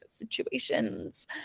Situations